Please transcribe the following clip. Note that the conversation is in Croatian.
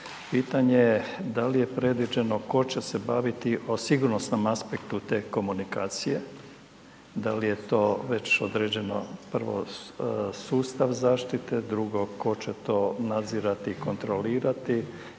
Pitanje je da li je predviđeno, tko će se baviti o sigurnosnom aspektu te komunikacije? Da li je to već određeno prvo sustav zaštite, drugo tko će to nadzirati i kontrolirati